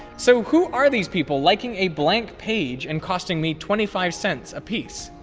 so who are these people liking a blank page and costing me twenty five cents a piece?